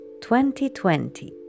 2020